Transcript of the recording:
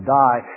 die